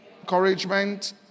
encouragement